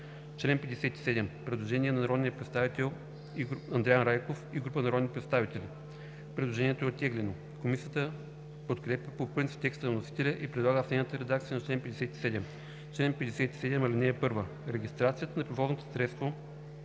чл. 57 има предложение на народния представител Андриан Райков и група народни представители. Предложението е оттеглено. Комисията подкрепя по принцип текста на вносителя и предлага следната редакция на чл. 57: „Чл. 57. (1) Регистрацията на превозното средство